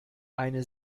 eine